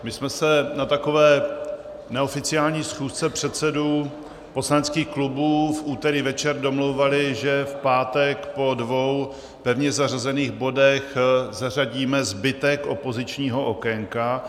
My jsme se na takové neoficiální schůzce předsedů poslaneckých klubů v úterý večer domlouvali, že v pátek po dvou pevně zařazených bodech zařadíme zbytek opozičního okénka.